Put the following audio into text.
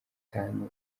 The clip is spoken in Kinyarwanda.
itanu